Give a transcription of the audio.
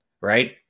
right